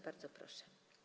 Bardzo proszę.